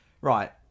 right